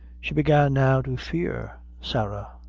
she began now to fear sarah,